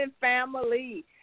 family